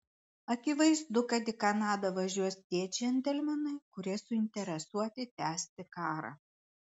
akivaizdu kad į kanadą važiuos tie džentelmenai kurie suinteresuoti tęsti karą